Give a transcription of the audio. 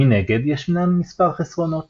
מנגד, ישנם מספר חסרונות